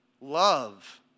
Love